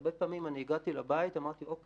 והרבה פעמים אני הגעתי לבית אבות ואמרתי: אוקיי,